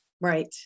Right